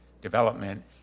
development